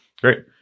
great